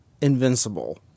invincible